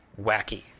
wacky